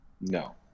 No